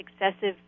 excessive